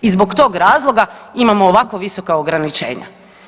I zbog tog razloga imamo ovako visoka ograničenja.